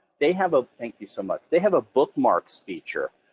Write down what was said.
they have, ah thank you so much, they have a bookmarks feature,